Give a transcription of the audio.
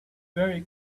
very